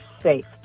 safe